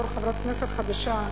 בתור חברת כנסת חדשה,